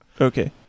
Okay